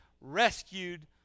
rescued